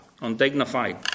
Undignified